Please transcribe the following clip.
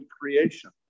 creation